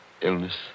illness